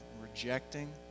rejecting